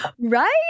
Right